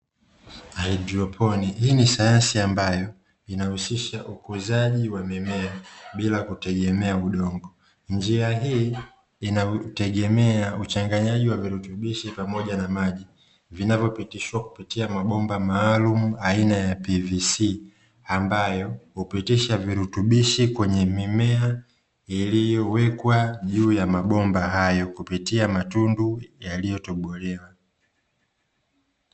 Hydroponi hii ni sayansi ambayo inahusisha ukuzaji wa mimea bila kutegemea udongo. Njia hii inategemea uchanganyaji wa virutubishi pamoja na maji; vinavyopitishwa kupitia mabomba maalumu aina ya "PVC"; ambayo hupitisha virutubishi kwenye mimea iliyowekwa juu ya mabomba hayo, kupitia matundu yaliyotobolewa.